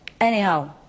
anyhow